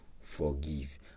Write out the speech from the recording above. forgive